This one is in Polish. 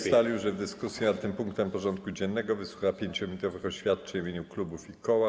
Sejm ustalił, że w dyskusji nad tym punktem porządku dziennego wysłucha 5-minutowych oświadczeń w imieniu klubów i koła.